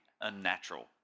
unnatural